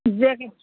jacket